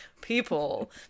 people